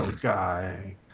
guy